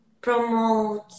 promote